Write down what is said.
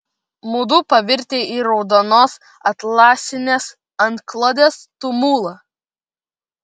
mudu pavirtę į raudonos atlasinės antklodės tumulą